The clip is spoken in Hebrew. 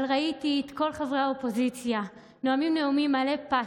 אבל ראיתי את כל חברי האופוזיציה נואמים נאומים מלאי פתוס,